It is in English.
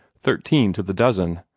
thirteen to the dozen.